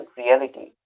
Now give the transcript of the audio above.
reality